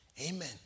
Amen